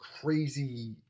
crazy